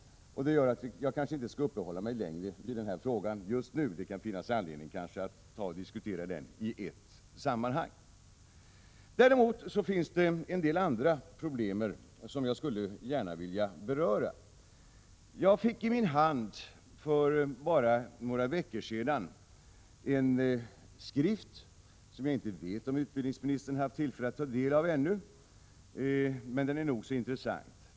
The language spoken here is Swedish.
Jag skall därför inte uppehålla mig längre vid dessa frågor just nu, då det finns anledning att diskutera dem i ett sammanhang. Däremot finns det en del andra problem som jag gärna skulle vilja beröra. Jag fick för bara några veckor sedan i min hand en skrift, som jag inte vet om utbildningsministern har tagit del av ännu men som är nog så intressant.